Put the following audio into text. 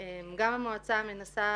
גם המועצה מנסה